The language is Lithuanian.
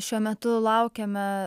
šiuo metu laukiame